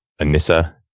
Anissa